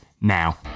now